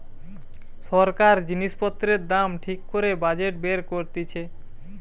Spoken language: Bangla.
সরকার জিনিস পত্রের দাম ঠিক করে বাজেট বের করতিছে